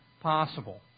possible